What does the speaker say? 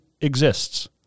exists